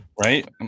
Right